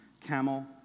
camel